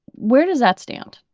where does that stand?